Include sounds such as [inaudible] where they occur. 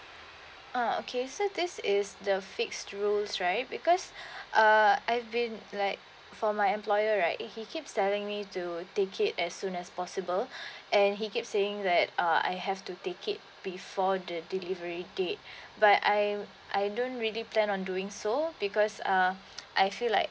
ah okay so this is the fixed rules right because [breath] uh I've been like for my employer right he keeps telling me to take it as soon as possible [breath] and he keeps saying that uh I have to take it before the delivery date [breath] but I am I don't really plan on doing so because uh I feel like